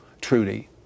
Trudy